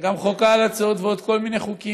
וגם חוק ההלצות, ועוד כל מיני חוקים,